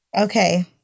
Okay